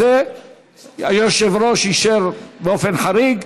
היושב-ראש אישר באופן חריג,